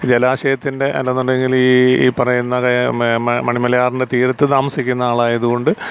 ജലാശയത്തിൻറ്റെ അല്ലാന്നുണ്ടെങ്കില് ഈ പറയുന്ന മണിമലയാറിൻറ്റെ തീരത്ത് താമസിക്കുന്ന ആളായതു കൊണ്ട്